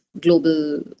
global